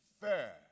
fair